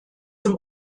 zum